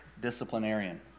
disciplinarian